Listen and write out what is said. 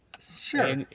Sure